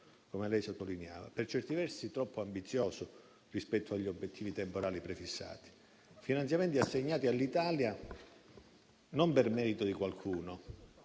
come lei sottolineava - per certi versi troppo ambizioso rispetto agli obiettivi temporali prefissati; finanziamenti assegnati all'Italia non per merito di qualcuno